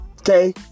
okay